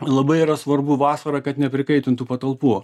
labai yra svarbu vasarą kad neprikaitintų patalpų